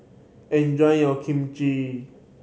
enjoy your